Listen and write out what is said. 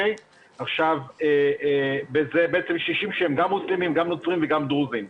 זה בעצם 60 שהם גם מוסלמים, גם נוצרים וגם דרוזים.